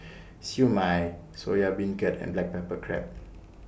Siew Mai Soya Beancurd and Black Pepper Crab